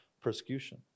persecution